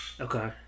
Okay